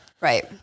Right